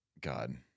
God